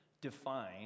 define